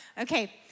Okay